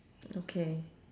okay